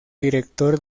director